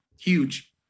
huge